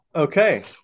Okay